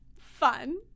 fun